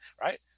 right